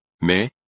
Mais